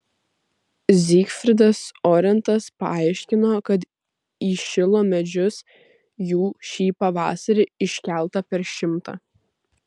zygfridas orentas paaiškino kad į šilo medžius jų šį pavasarį iškelta per šimtą